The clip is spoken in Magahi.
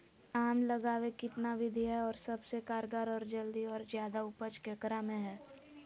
आम लगावे कितना विधि है, और सबसे कारगर और जल्दी और ज्यादा उपज ककरा में है?